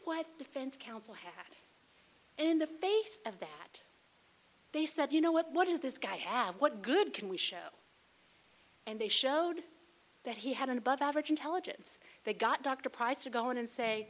the defense counsel had in the face of that they said you know what does this guy have what good can we show and they showed that he had an above average intelligence they got dr pryce to go in and say